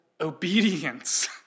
obedience